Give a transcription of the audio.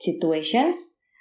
situations